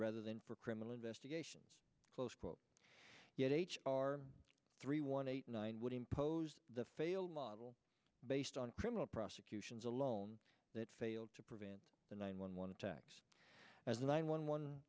rather than for criminal investigations close quote are three one eight nine would impose the failed model based on criminal prosecutions alone that failed to prevent the nine one one attacks as the nine one one